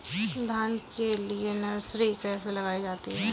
धान के लिए नर्सरी कैसे लगाई जाती है?